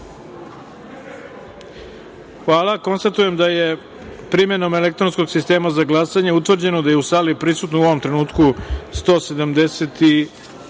Hvala. Konstatujem da je primenom elektronskog sistema za glasanje utvrđeno da je u sali prisutan, u ovom trenutku, 171